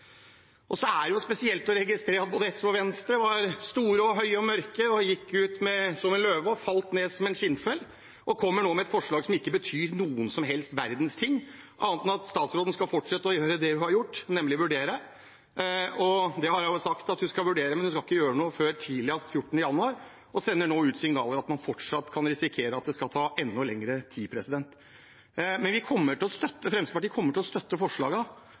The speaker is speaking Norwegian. Så er det jo spesielt å registrere at både SV og Venstre var høye og mørke og gikk ut som en løve og falt ned som en skinnfell. De kommer nå med et forslag som ikke betyr noen verdens ting, annet enn at statsråden skal fortsette å gjøre det hun har gjort, nemlig å vurdere. Det har hun jo sagt, at hun skal vurdere, men hun skal ikke gjøre noe før tidligst 14. januar og sender nå ut signaler om at man fortsatt kan risikere at det tar enda lengre tid. Men Fremskrittspartiet kommer til å støtte forslagene. Det eneste er dette som går på innsyn, å